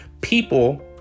people